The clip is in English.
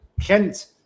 Kent